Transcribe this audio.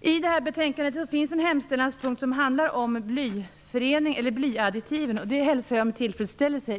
I det här betänkande finns en hemställanspunkt som handlar om blyadditiven. Jag hälsar detta med tillfredsställelse.